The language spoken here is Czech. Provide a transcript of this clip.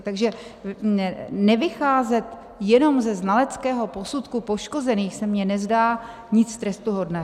Takže nevycházet jenom ze znaleckého posudku poškozených se mně nezdá nic trestuhodného.